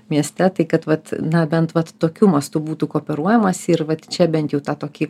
mieste tai kad vat na bent vat tokiu mastu būtų kooperuojamasi ir vat čia bent jau tą tokį